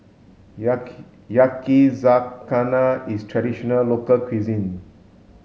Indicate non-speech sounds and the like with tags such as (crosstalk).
(unintelligible) Yakizakana is traditional local cuisine